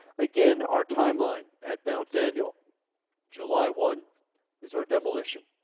again, our timeline at mt. daniel july one is our demolition,